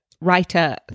writer